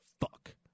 fuck